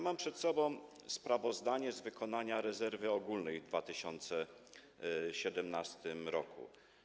Mam przed sobą sprawozdanie z wykonania rezerwy ogólnej w 2017 r.